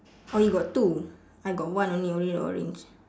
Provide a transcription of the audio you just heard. oh you got two I got one only orange orange